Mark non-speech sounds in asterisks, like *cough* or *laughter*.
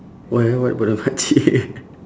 why what about the mak cik *laughs*